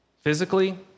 physically